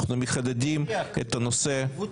אנחנו מחדדים את הנושא של --- בליאק,